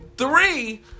Three